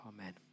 amen